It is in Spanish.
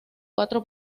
cuatro